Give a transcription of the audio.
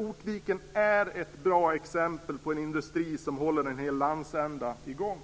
Ortviken är ett bra exempel på en industri som håller en hel landsända i gång.